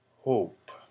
Hope